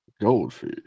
goldfish